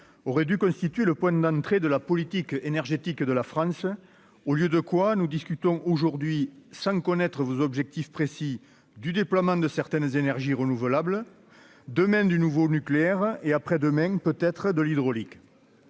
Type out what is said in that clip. aurait dû constituer le point d'entrée de la politique énergétique de la France au lieu de quoi nous discutons aujourd'hui sans connaître vos objectifs précis du déploiement de certaines énergies renouvelables de même du nouveau nucléaire et après-demain, peut être de l'hydraulique